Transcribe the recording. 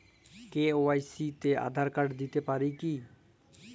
KYC তে Aadhaar card দিতে পারি কি?